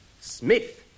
Smith